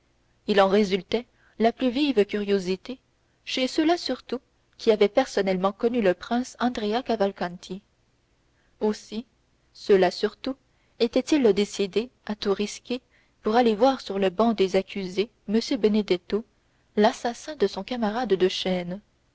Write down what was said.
il en résultait la plus vive curiosité chez ceux-là surtout qui avaient personnellement connu le prince andrea cavalcanti aussi ceux-là surtout étaient-ils décidés à tout risquer pour aller voir sur le banc des accusés m benedetto l'assassin de son camarade de